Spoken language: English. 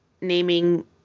naming